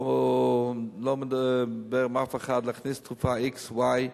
לא מדבר עם אף אחד להכניס תרופה x, y.